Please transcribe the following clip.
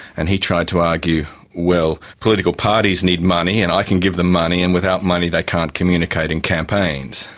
and he tried to argue, well, political parties need money and i can give them money and without money they can't communicate in campaigns.